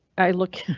i look,